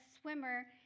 swimmer